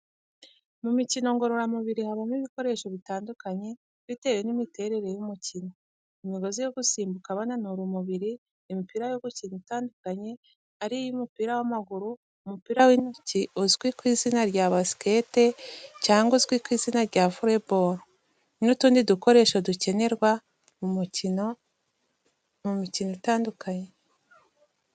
Mu mikino ngororamubiri habamo ibikoresho bitandukanye, bitewe n'imiterere y'umukino, imogozi yo gusimbuka bananura umubiri, imipira yo gukina itandukanye, ariyo umupira w'amaguru, umupira w'intoki uzwi ku izina rya basikete cyangwa uzwi ku izina rya volleyball, n'utundi dukoresho dukenerwa mu mikino itandukanye.